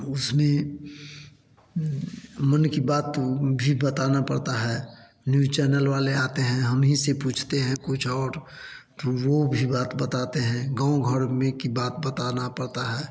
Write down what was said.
उसमें मन की बात भी बताना पड़ता है न्यूज़ चैनल वाले आते हैं हम ही से पूछते हैं कुछ और तो वो भी बात बताते हैं गाँव घर में की बात बताना पड़ता है